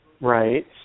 Right